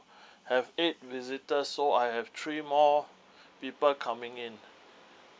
have eight visitors so I have three more people coming in